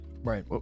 Right